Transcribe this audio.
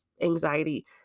anxiety